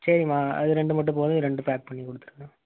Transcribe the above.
சரிம்மா அது ரெண்டு மட்டும் போதும் இது ரெண்டும் பேக் பண்ணி கொடுத்துருங்க